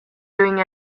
doing